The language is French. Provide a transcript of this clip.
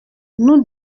nous